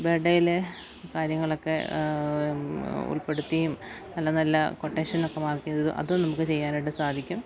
birth ഡേയിലെ കാര്യങ്ങളൊക്കെ ഉൾപ്പെടുത്തിയും നല്ല നല്ല കൊട്ടേഷനൊക്കെ വായിക്കുന്നത് അതു നമുക്ക് ചെയ്യാനായിട്ട് സാധിക്കും